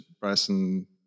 Bryson